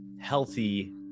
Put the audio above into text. healthy